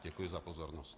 Děkuji za pozornost.